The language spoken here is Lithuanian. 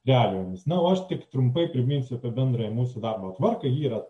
realijomis na o aš tik trumpai priminsiu bendrąją mūsų darbo tvarka ji yra